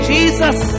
Jesus